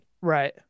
Right